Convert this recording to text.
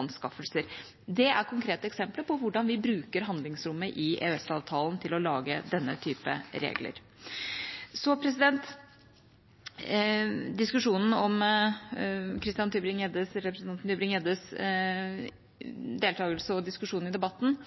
anskaffelser. Det er konkrete eksempler på hvordan vi bruker handlingsrommet i EØS-avtalen til å lage denne type regler. Så diskusjonen om representanten Christian Tybring-Gjeddes deltagelse og diskusjon i debatten.